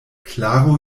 klaro